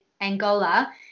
Angola